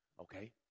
okay